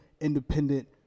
Independent